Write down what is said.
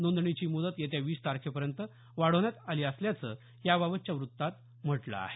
नोंदणीची मुदत येत्या वीस तारखेपर्यंत ढवण्यात आली असल्याचं याबाबतच्या वृत्तात म्हटलं आहे